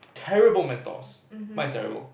terrible mentors mine's terrible